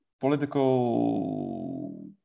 political